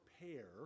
prepare